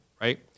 right